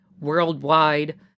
worldwide